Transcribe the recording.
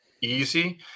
easy